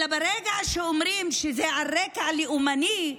אלא ברגע שאומרים שזה על רקע לאומני,